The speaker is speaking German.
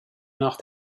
nach